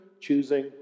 choosing